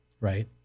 Right